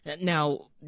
Now